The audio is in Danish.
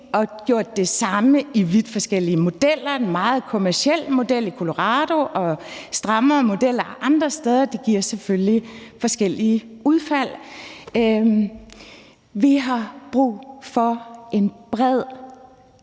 har gjort det samme i vidt forskellige modeller. Der er en meget kommerciel model i Colorado, og strammere modeller andre steder. Det giver selvfølgelig forskellige udfald. Vi har brug for en bred,